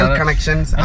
connections